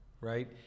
right